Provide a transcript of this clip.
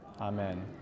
Amen